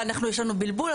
אבל אולי אנחנו יש לנו בלבול.